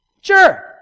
Sure